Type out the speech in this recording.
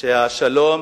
שהשלום